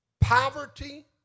poverty